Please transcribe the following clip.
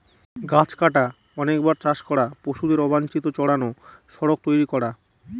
গাছ কাটা, অনেকবার চাষ করা, পশুদের অবাঞ্চিত চড়ানো, সড়ক তৈরী করা